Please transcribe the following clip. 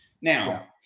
Now